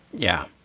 yeah.